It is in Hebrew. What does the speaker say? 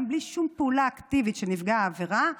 גם בלי שום פעולה אקטיבית של נפגע העבירה,